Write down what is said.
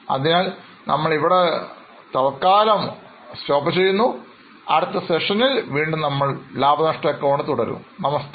അതിനാൽ നമ്മൾ ഇവിടെ നിർത്തുന്നു അടുത്ത സെഷനിൽ നമ്മൾ വീണ്ടും ലാഭനഷ്ട അക്കൌണ്ട് തുടരും നമസ്തേ